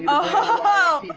oh!